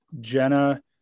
Jenna